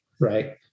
right